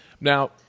Now